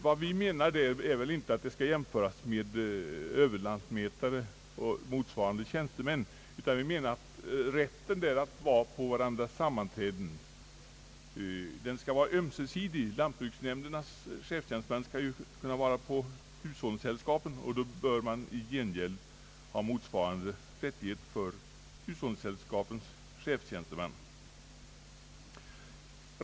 Vi menar inte att de skall jämföras med överlantmätare och motsvarande tjänstemän, men rätten deltaga i varandras sammanträden bör vara ömsesidig. Lantbruksnämndernas chefstjänsteman skall kunna bevista hushållningssällskapens sammanträden, och då bör hushållningssällskapens chefstjänsteman ha motsvarande rättighet.